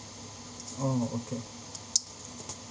oh okay